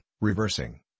reversing